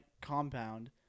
compound